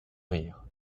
rire